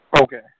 Okay